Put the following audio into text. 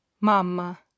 Mamma